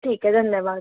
ठीक है धन्यवाद